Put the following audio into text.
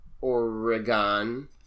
Oregon